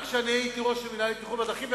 גם כשהייתי ראש המינהל לבטיחות בדרכים,